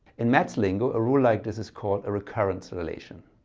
in maths lingo a rule like this is called a recurrence relation.